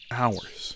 hours